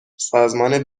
سازمان